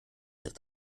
ist